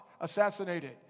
assassinated